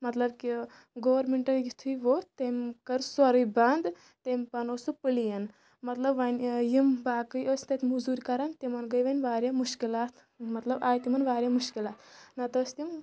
مطلب کہِ گورمٮ۪نٛٹ یُتھُے ووٚتھ تٔمۍ کٔر سورُے بنٛد تٔمۍ بَنوو سُہ پٕلین مطلب وۄنۍ یِم باقٕے ٲسۍ تَتہِ مٔزوٗرۍ کَران تِمَن گٔے وۄنۍ واریاہ مُشکِلات مطلب آے تِمَن واریاہ مُشکِلات نَتہٕ ٲسۍ تِم